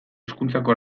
hezkuntzako